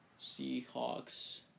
Seahawks